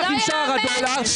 בטח עם שער הדולר -- ולא ייאמן,